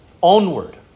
onward